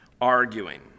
arguing